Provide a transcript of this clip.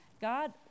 God